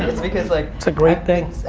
it's because, like it's a great thing.